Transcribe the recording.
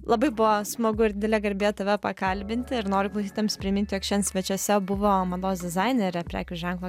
labai buvo smagu ir didelė garbė tave pakalbinti ir noriu klausytojams primint jog šiandien svečiuose buvo mados dizainerė prekių ženklo